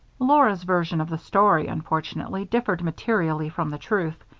laura's version of the story, unfortunately, differed materially from the truth.